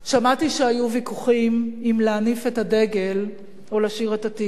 שמעתי שהיו ויכוחים אם להניף את הדגל או לשיר את "התקווה",